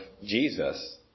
Jesus